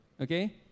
Okay